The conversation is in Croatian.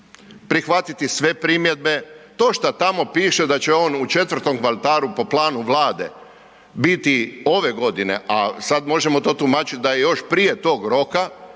prihvatiti sve primjedbe. To šta tamo piše da će on u 4. kvartalu po planu Vlade biti ove godine, a sad možemo to tumačit da je još prije tog roka,